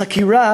החקירה,